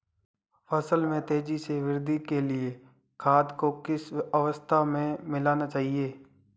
फसल में तेज़ी से वृद्धि के लिए खाद को किस अवस्था में मिलाना चाहिए?